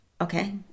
Okay